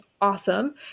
awesome